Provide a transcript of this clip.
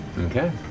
Okay